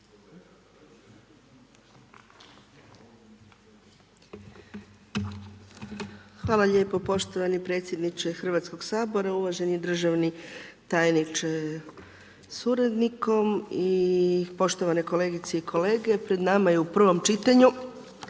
Hvala lijepa poštovani predsjedniče Hrvatskoga sabora. Uvaženi državni tajniče sa suradnikom i poštovane kolegice i kolege. Pred nama je u prvom čitanju